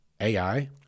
AI